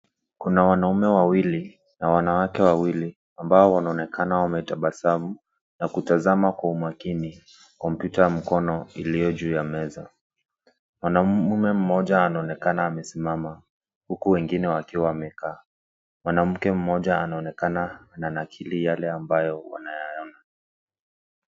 Kuna wanaume wawili na wanawake wawili, ambao wanaonekana wanatabasamu na kutazama kwa makini, kompyuta ya mkono iliyo juu ya meza. Mwanaume mmoja anaonekana amesimama huku wengine wakiwa wamekaa. Mwanamke mmoja anaonekana ananakili yale ambayo wanayaona.